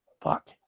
Fuck